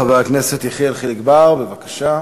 חבר הכנסת יחיאל חיליק בר, בבקשה.